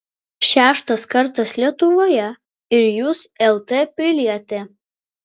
šeštas kartas lietuvoje ir jūs lt pilietė